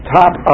top